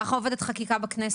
ככה עובדת חקיקה בכנסת.